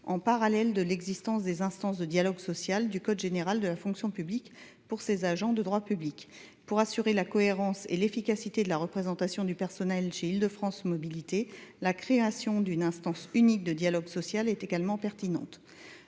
en parallèle de l’existence des instances de dialogue social du code général de la fonction publique pour les agents de droit public. Pour assurer la cohérence et l’efficacité de la représentation du personnel chez Île de France Mobilités, la création d’une instance unique de dialogue social serait également pertinente.